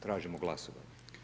Tražimo glasovanje.